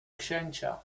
księcia